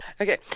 Okay